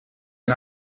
ein